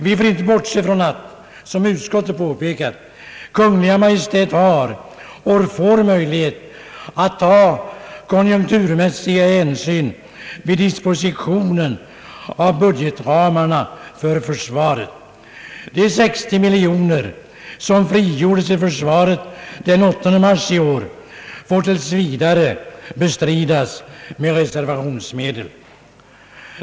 Vi får inte bortse från att — som utskottet påpekat — Kungl. Maj:t har och får möjlighet att ta konjunkturmässiga hänsyn vid dispositionen av budgetårsramarna för försvaret. De 60 miljoner kronor som frigjordes till försvaret den 8 mars i år får tills vidare bestridas av reservationsmedel.